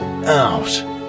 out